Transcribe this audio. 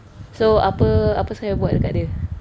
so apa apa safian buat dekat dia